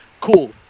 cool